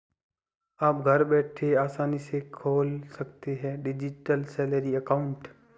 आप घर बैठे आसानी से खोल सकते हैं डिजिटल सैलरी अकाउंट